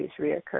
reoccur